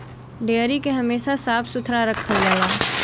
dairy के हमेशा साफ सुथरा रखल जाला